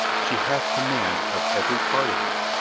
she hath command of every part of me.